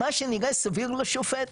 מה שנראה סביר לשופט,